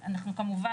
כמובן,